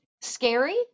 scary